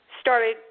started